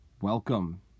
Welcome